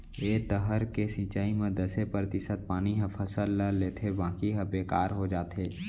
ए तरह के सिंचई म दसे परतिसत पानी ह फसल ल लेथे बाकी ह बेकार हो जाथे